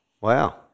Wow